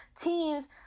teams